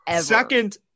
Second